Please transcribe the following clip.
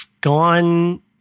gone